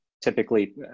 Typically